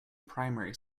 primary